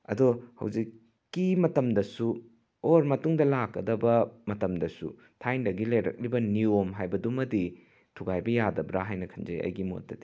ꯑꯗꯣ ꯍꯧꯖꯤꯛ ꯀꯤ ꯃꯇꯝꯗꯁꯨ ꯑꯣꯔ ꯃꯇꯨꯡꯗ ꯂꯥꯛꯀꯗꯕ ꯃꯇꯝꯗꯁꯨ ꯊꯥꯏꯅꯗꯒꯤ ꯂꯩꯔꯛꯂꯤꯕ ꯅꯤꯌꯣꯝ ꯍꯥꯏꯕꯗꯨꯃꯗꯤ ꯊꯨꯒꯥꯏꯕ ꯌꯥꯗꯕ꯭ꯔꯥ ꯍꯥꯏꯅ ꯈꯟꯖꯩ ꯑꯩꯒꯤ ꯃꯣꯠꯇꯗꯤ